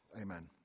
amen